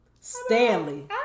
Stanley